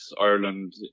Ireland